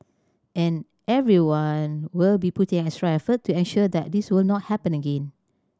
and everyone will be putting extra effort to ensure that this will not happen again